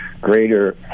greater